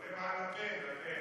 חולם על לה-פן, לה-פן.